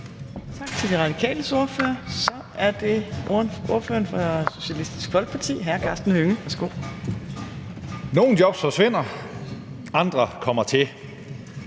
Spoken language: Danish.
Nogle jobs forsvinder, andre kommer til.